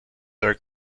are